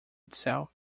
itself